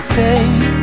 take